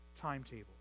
timetable